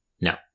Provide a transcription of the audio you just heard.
No